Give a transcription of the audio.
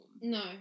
No